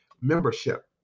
membership